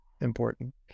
important